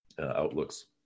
outlooks